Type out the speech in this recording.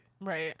Right